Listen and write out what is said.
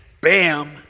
bam